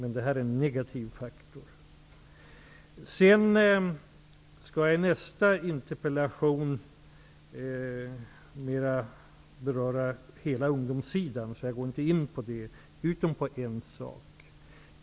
I samband med att nästa interpellation behandlas skall jag mera beröra ungdomssidan av det hela. Därför nöjer jag mig med att nu gå in på bara en sak.